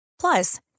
Plus